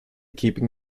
keeping